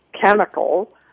chemical